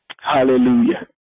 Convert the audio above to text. Hallelujah